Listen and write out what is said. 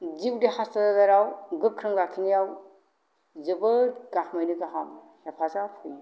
जिउ देहा सोलेराव गोख्रों लाखिनायाव जोबोर गाहामैनो गाहाम हेफाजाब होयो